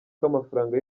k’amafaranga